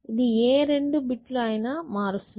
ఇది ఏ రెండు బిట్ లు అయినా మారుస్తుంది